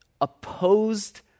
opposed